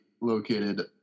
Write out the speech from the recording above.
located